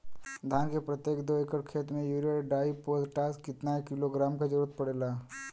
धान के प्रत्येक दो एकड़ खेत मे यूरिया डाईपोटाष कितना किलोग्राम क जरूरत पड़ेला?